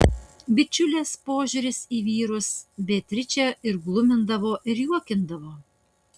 bičiulės požiūris į vyrus beatričę ir glumindavo ir juokindavo